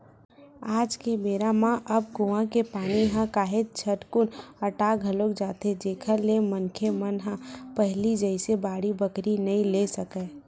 आज के बेरा म अब कुँआ के पानी ह काहेच झटकुन अटा घलोक जाथे जेखर ले मनखे मन ह पहिली जइसे बाड़ी बखरी नइ ले सकय